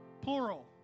Plural